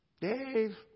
Dave